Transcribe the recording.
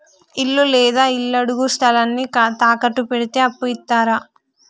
ఇల్లు లేదా ఇళ్లడుగు స్థలాన్ని తాకట్టు పెడితే అప్పు ఇత్తరా?